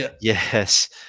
Yes